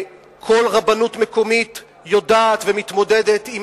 כל רבנות מקומית יודעת ומתמודדת עם